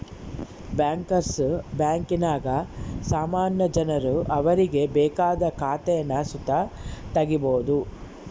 bankers ಬ್ಯಾಂಕಿನಾಗ ಸಾಮಾನ್ಯ ಜನರು ಅವರಿಗೆ ಬೇಕಾದ ಖಾತೇನ ಸುತ ತಗೀಬೋದು